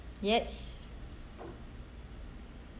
yes